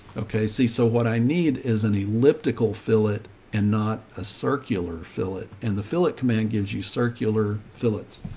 okay, see, so what i need is an elliptical. fill it and not a circular fill it. and the phillip command gives you circular fillets.